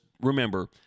remember